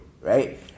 right